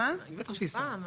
בטח שהיא שמה.